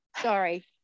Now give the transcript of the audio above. sorry